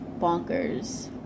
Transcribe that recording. bonkers